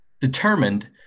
determined